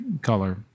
color